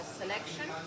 selection